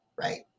Right